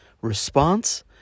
response